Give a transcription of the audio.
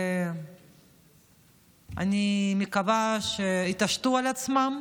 אני מקווה שיתעשתו על עצמם